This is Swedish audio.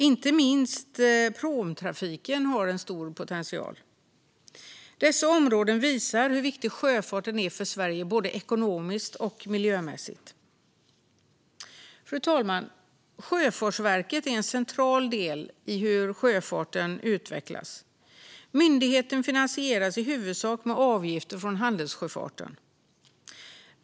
Inte minst pråmtrafiken har stor potential. Dessa områden visar hur viktig sjöfarten är för Sverige både ekonomiskt och miljömässigt. Fru talman! Sjöfartsverket är en central del i hur sjöfarten utvecklas. Myndigheten finansieras i huvudsak med avgifter från handelssjöfarten.